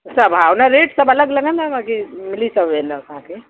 सभु हा हुनजो रेट सभु अलॻि लॻंदव बाक़ी मिली सभु वेंदव तव्हांखे